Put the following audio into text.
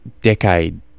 decade